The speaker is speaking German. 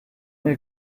mir